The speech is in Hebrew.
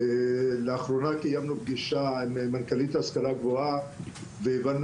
לאחרונה קיימנו פגישה מנכ"לית השכלה גבוהה והבנו